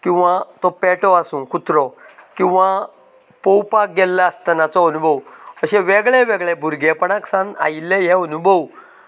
किंवां तो पेटो आसूं कुत्रो किंवां पोंवपाक गेल्ले आसतानाचो अनुभव अशे वेगळें वेगळें भुरगेंपणांत सावन आयिल्ले हे अनुभव